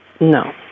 No